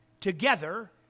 together